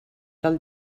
del